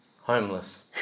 homeless